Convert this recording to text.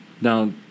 Now